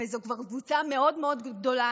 וזו כבר קבוצה מאוד מאוד גדולה,